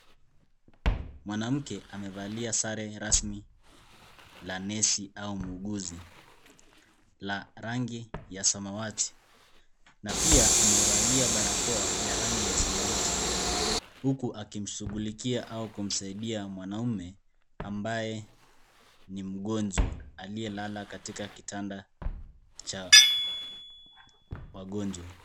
Mwanamke amevalia sare rasmi la nesi au muuguzi la rangi ya samawati na pia amevalia barakoa ya rangi ya samawati, huku akimshunglikia au kumsaidia mwanaume ambaye ni mgonjwa aliyelala katika kitanda cha wagonjwa.